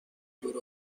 دور